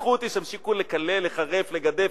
שיתווכחו אתי, שימשיכו לקלל, לחרף, לגדף